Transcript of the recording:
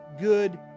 good